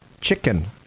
chicken